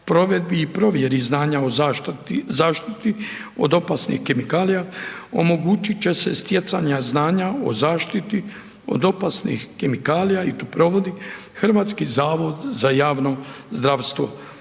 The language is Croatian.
provedbi i provjeri znanja o zaštiti od opasnih kemikalija omogućit će se stjecanja znanja o zaštiti od opasnih kemikalija i to provodi HZJZ. Također mijenjaju